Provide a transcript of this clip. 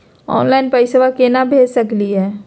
Online पैसवा केना भेज सकली हे?